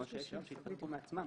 כמו שיש היום שהתפתחו מעצמם,